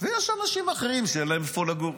ויש אנשים אחרים שאין להם איפה לגור.